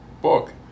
book